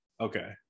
okay